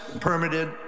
permitted